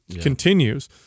continues